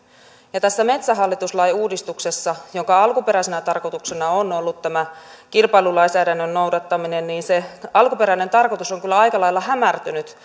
ja tässä metsähallitus lain uudistuksessa jonka alkuperäisenä tarkoituksena on ollut tämä kilpailulainsäädännön noudattaminen se alkuperäinen tarkoitus on kyllä aika lailla hämärtynyt